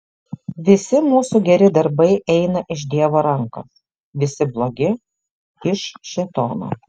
visi mūsų geri darbai eina iš dievo rankos visi blogi iš šėtono